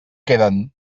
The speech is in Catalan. queden